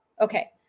Okay